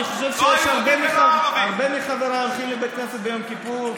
אני חושב שהרבה מחבריי הולכים לבית כנסת ביום כיפור,